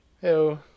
Hello